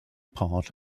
part